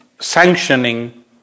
sanctioning